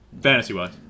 Fantasy-wise